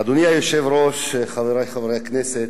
אדוני היושב-ראש, חברי חברי הכנסת,